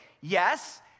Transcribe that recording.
yes